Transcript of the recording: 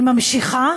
היא ממשיכה